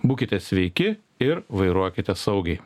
būkite sveiki ir vairuokite saugiai